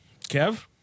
Kev